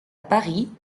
paris